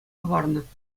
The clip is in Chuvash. хӑварнӑ